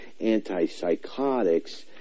antipsychotics